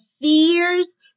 fears